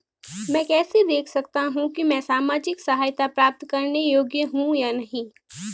मैं कैसे देख सकता हूं कि मैं सामाजिक सहायता प्राप्त करने योग्य हूं या नहीं?